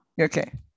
Okay